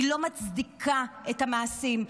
היא לא מצדיקה את המעשים.